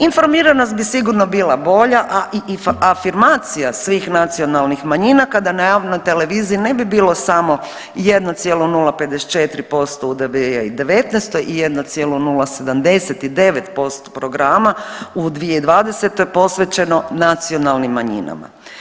Informiranost bi sigurno bila bolja, a i afirmacija svih nacionalnih manjina kada na javnoj televiziji ne bi bilo samo 1,054% … [[Govornik se ne razumije]] i '19. 1,079% programa, u 2020. posvećeno nacionalnim manjinama.